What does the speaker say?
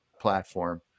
platform